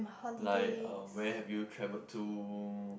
like uh where have you traveled to